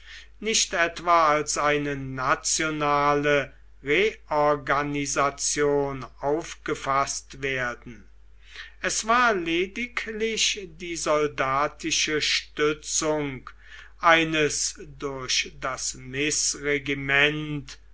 nicht etwa als eine nationale reorganisation aufgefaßt werden es war lediglich die soldatische stützung eines durch das